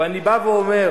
אני אומר,